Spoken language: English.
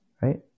right